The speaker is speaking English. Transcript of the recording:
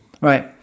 Right